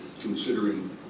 considering